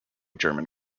german